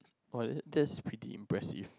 oh that that is pretty impressive